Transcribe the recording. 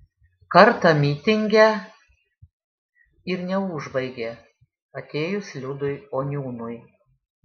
kartą mitinge ir neužbaigė atėjus liudui oniūnui